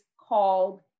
called